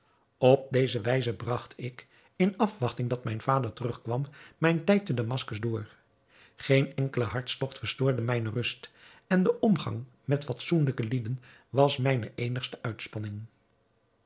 op deze wijze bragt ik in afwachting dat mijn vader terug kwam mijn tijd te damaskus door geen enkele hartstogt verstoorde mijne rust en de omgang met fatsoenlijke lieden was mijne eenigste uitspanning